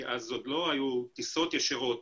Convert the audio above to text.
כי אז עוד לא היו טיסות ישירות,